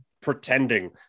pretending